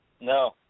No